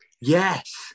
Yes